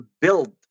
build